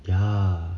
ya